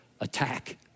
attack